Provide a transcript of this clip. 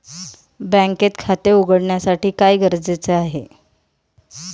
बँकेत खाते उघडण्यासाठी काय गरजेचे आहे?